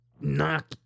knock